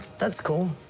that's cool.